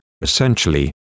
essentially